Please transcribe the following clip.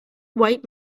white